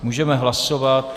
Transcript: Můžeme hlasovat.